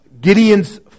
Gideon's